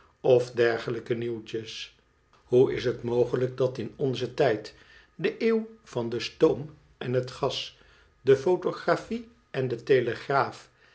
of dergelijke nieuwtjes hoe is het mogelijk dat in onzen tijd de eeuw van de stoom en het gas de pho'tographie en de telegraaf